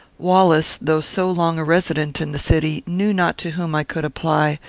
wallace, though so long a resident in the city, knew not to whom i could apply,